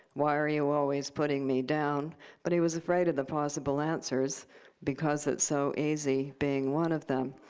why are you always putting me down but he was afraid of the possible answers because it's so easy being one of them.